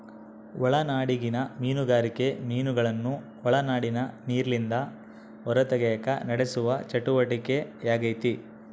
ಒಳನಾಡಿಗಿನ ಮೀನುಗಾರಿಕೆ ಮೀನುಗಳನ್ನು ಒಳನಾಡಿನ ನೀರಿಲಿಂದ ಹೊರತೆಗೆಕ ನಡೆಸುವ ಚಟುವಟಿಕೆಯಾಗೆತೆ